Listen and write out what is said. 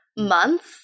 Months